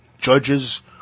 judges